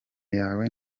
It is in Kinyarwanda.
yawe